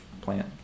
plant